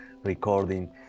recording